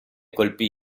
colpì